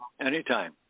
anytime